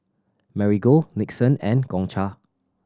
Marigold Nixon and Gongcha